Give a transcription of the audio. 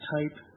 type